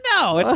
No